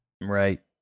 right